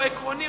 הוא עקרוני,